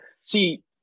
See